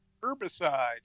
Herbicide